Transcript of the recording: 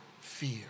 fear